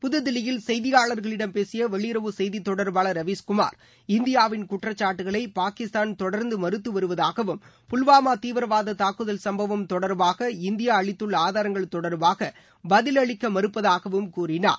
புதுதில்லியில் செய்தியாளர்களிடம் பேசிய வெளியுறவு செய்தி தொடர்பாளர் ரவிஸ்குமார் இந்தியாவின் குற்றச்சாட்டுகளை பாகிஸ்தான் தொடர்ந்து மறுத்து வருவதாகவும் புல்வாமா தீவிரவாத தாக்குதல் சம்பவம் தொடர்பாக இந்தியா அளித்துள்ள ஆதாரங்கள் தொடர்பாக பதில் அளிக்க மறுப்பதாகவும் கூறினார்